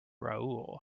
rahul